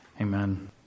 Amen